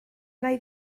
nai